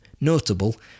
Notable